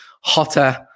hotter